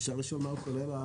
אפשר לשאול מה הוא כולל?